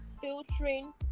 filtering